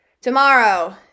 tomorrow